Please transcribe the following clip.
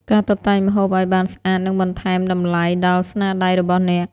ការតុបតែងម្ហូបឱ្យបានស្អាតនឹងបន្ថែមតម្លៃដល់ស្នាដៃរបស់អ្នក។